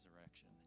resurrection